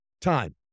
time